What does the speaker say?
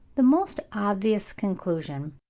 the most obvious conclusion